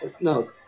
No